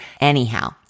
Anyhow